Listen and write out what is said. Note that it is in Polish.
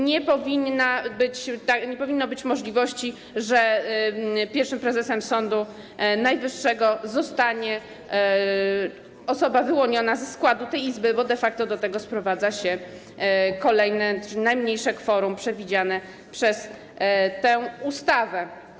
Nie powinno być możliwości, że pierwszym prezesem Sądu Najwyższego zostanie osoba wyłoniona ze składu tej izby, bo de facto do tego sprowadza się kolejne, czyli najmniejsze, kworum przewidziane przez tę ustawę.